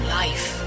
life